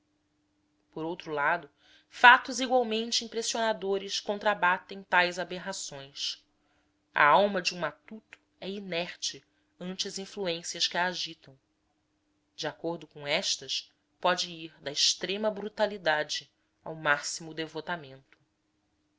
por outro lado fatos igualmente impressionadores contrabatem tais aberrações a alma de um matuto é inerte ante as influências que a agitam de acordo com estas pode ir da extrema brutalidade ao máximo devotamento